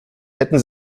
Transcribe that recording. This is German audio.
hätten